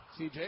CJ